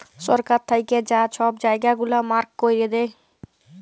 সরকার থ্যাইকে যা ছব জায়গা গুলা মার্ক ক্যইরে দেয়